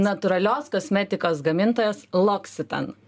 natūralios kosmetikos gamintojas loccitane